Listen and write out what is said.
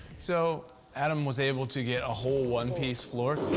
so adam was able to get a whole one-piece floor.